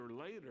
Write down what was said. later